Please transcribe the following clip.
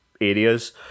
Areas